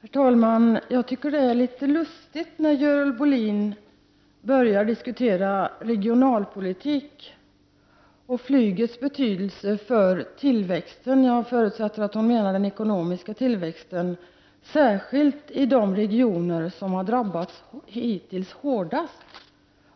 Herr talman! Jag tycker det är litet lustigt att Görel Bohlin börjar diskutera regionalpolitik och flygets betydelse för tillväxten i vissa delar av landet. Jag förutsätter att hon menar den ekonomiska tillväxten, särskilt i de regioner som hittills har drabbats hårdast